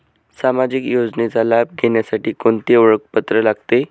सामाजिक योजनेचा लाभ घेण्यासाठी कोणते ओळखपत्र लागते?